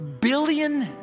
billion